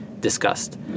discussed